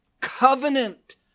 covenant